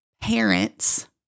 parents